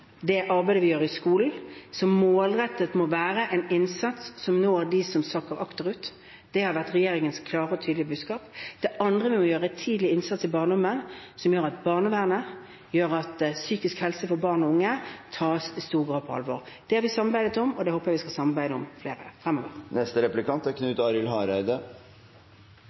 det arbeidet vi gjør i skolen, som målrettet må være en innsats som når dem som sakker akterut. Det har vært regjeringens klare og tydelige budskap. Det andre vi må gjøre, er tidlig innsats i barndommen, som gjør at barnevern, som gjør at psykisk helse for barn og unge, i stor grad tas på alvor. Det har vi samarbeidet om, og det håper jeg vi skal samarbeide om fremover. Eg vil fortsetje med pleiepengeordninga. Det er